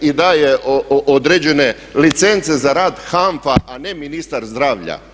i daje određene licence za rad HANFA a ne ministar zdravlja.